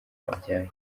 abyare